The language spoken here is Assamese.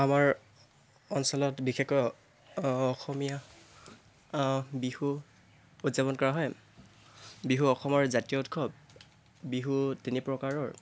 আমাৰ অঞ্চলত বিশেষকৈ অসমীয়া বিহু উদযাপন কৰা হয় বিহু অসমৰ জাতীয় উৎসৱ বিহু তিনি প্ৰকাৰৰ